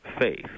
faith